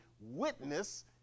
witness